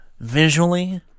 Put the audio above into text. visually